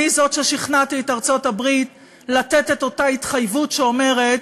אני זאת ששכנעתי את ארצות-הברית לתת את אותה התחייבות שאומרת,